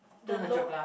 the lower